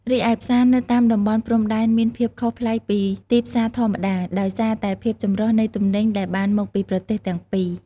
រីឯផ្សារនៅតាមតំបន់ព្រំដែនមាន ភាពខុសប្លែកពីទីផ្សារធម្មតា ដោយសារតែភាពចម្រុះនៃទំនិញដែលបានមកពីប្រទេសទាំងពីរ។